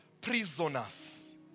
prisoners